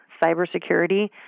cybersecurity